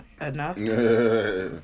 Enough